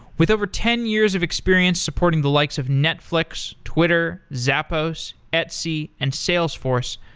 with over ten years of experience supporting the likes of netflix, twitter, zappos, etsy, and salesforce,